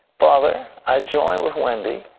father, i join with wendy,